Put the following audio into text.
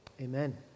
Amen